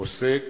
עוסק